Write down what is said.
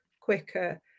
quicker